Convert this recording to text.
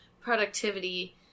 productivity